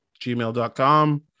gmail.com